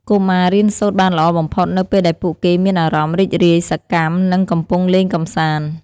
កុមាររៀនសូត្របានល្អបំផុតនៅពេលដែលពួកគេមានអារម្មណ៍រីករាយ សកម្ម និងកំពុងលេងកម្សាន្ត។